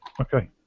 Okay